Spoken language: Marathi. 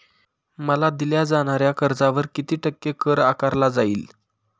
मला दिल्या जाणाऱ्या कर्जावर किती टक्के कर आकारला जाईल?